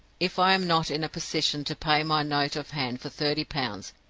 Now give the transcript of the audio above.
if i am not in a position to pay my note of hand for thirty pounds,